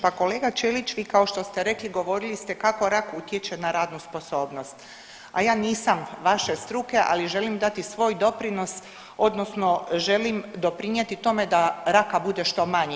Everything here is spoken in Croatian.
Pa kolega Ćelić vi kao što ste rekli govorili ste kako rak utječe na radnu sposobnost, a ja nisam vaše struke ali želim dati svoj doprinos, odnosno želim doprinijeti tome da raka bude što manje.